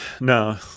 No